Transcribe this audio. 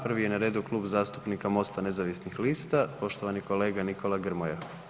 Prvi je na redu Klub zastupnika MOST-a nezavisnih lista, poštovani kolega Nikola Grmoja.